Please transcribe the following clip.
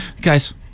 guys